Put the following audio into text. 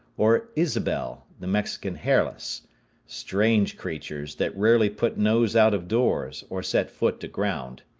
or ysabel, the mexican hairless strange creatures that rarely put nose out of doors or set foot to ground.